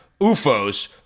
UFOS